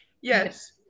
yes